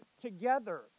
together